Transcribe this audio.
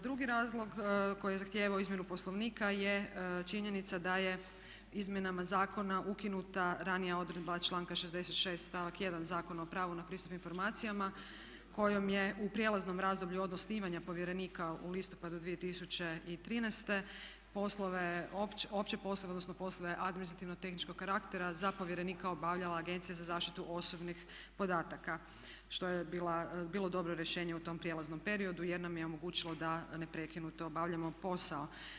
Drugi razlog koji je zahtijevao izmjenu Poslovnika je činjenica da je izmjenama zakona ukinuta ranija odredba članka 66. stavak 1. Zakona o pravu na pristup informacijama kojom je u prijelaznom razdoblju od osnivanja povjerenika u listopadu 2013. poslove, opće poslove, odnosno poslove administrativno tehničkog karaktera za povjerenika obavljala Agencija za zaštitu osobnih podataka što je bilo dobro rješenje u tom prijelaznom periodu jer nam je omogućilo da ne prekinuto obavljamo posao.